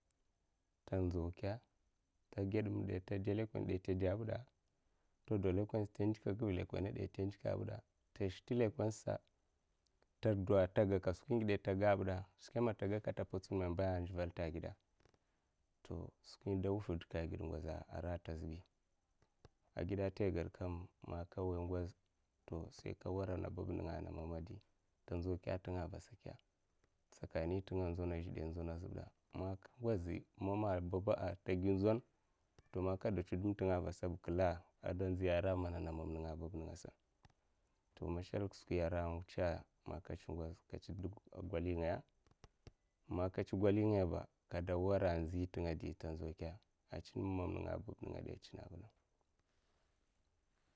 Ta ndzau kè ta ged ma de? Nte dè lèkonè dè ta dè bi da? Ta do lèkonè sa nta ndika nguva lekone'sa de nta ndika buda, nta zhe nta lekone'sa to dwo tagaka skwin ngide de taga mbu de? Skweme ata gaka da a mpowtsuna me? Kamba ka nzuval nta geda'a to skwi dè nwuffe deka aged ngoz aranta azbay agide nta ai gad kam man nka nwoya ngoz sai nak nwara na bab'nenga ana mam'nenga di nta nzo kye'kya avasa'kye, tsakani ntanga nzwona azhe de nzwona bu da'a, man nka ngozi man baba ah mama tagyi nzawn to man ka dwo dhoum ntenga avasa'sa kila anda nziya ara mana mam nenga ah bab nenga'sa to mashalak skwiya ara mwucha man nka ncho ngoz ka ncho ged golai ngaya. man kachi golingay ba kada nwara ndzi tènga di nta nzau ke? Achun mu mam'nenga ah bab tènga dè achina bi da?.